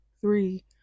Three